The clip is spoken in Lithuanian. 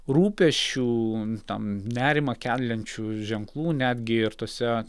rūpesčių tam nerimą keliančių ženklų netgi ir tose